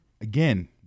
Again